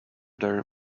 their